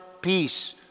peace